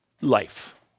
life